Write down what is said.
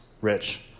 rich